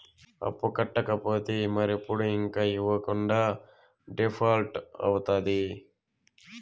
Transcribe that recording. అప్పు కట్టకపోతే మరెప్పుడు ఇంక ఇవ్వకుండా డీపాల్ట్అయితాది